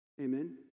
Amen